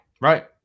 Right